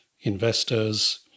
investors